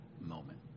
moment